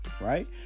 right